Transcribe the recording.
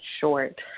short